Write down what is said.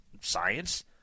science